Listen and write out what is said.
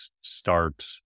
start